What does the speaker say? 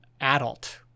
adult